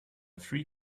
free